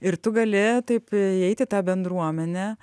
ir tu gali taip įeit į tą bendruomenę